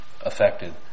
affected